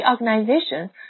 Organization